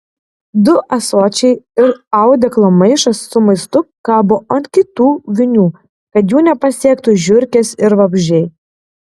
du ąsočiai ir audeklo maišas su maistu kabo ant kitų vinių kad jų nepasiektų žiurkės ir vabzdžiai